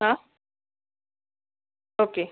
हां ओके